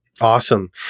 Awesome